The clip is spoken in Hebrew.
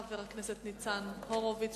חבר הכנסת ניצן הורוביץ,